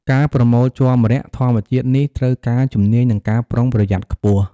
ការប្រមូលជ័រម្រ័ក្សណ៍ធម្មជាតិនេះត្រូវការជំនាញ និងការប្រុងប្រយ័ត្នខ្ពស់។